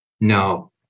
No